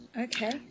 Okay